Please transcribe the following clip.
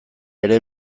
ere